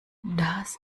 das